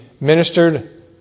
ministered